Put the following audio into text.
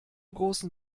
großen